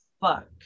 fuck